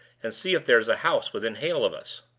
and see if there's a house within hail of us.